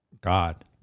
god